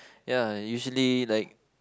ya usually like